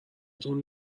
تون